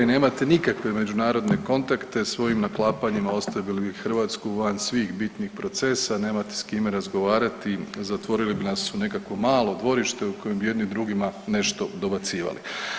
Nemate nikakve međunarodne kontakte, svojim naklapanjima ostavili bi Hrvatsku van svih bitnih procesa, nemate s kime razgovarati, zatvorili bi nas u nekakvo malo dvorište u kojem bi jedni drugima nešto dobacivali.